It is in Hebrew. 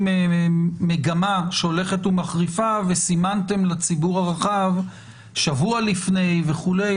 מגמה שהולכת ומחריפה וסימנתם לציבור הרחב שבוע לפני וכו',